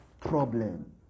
problem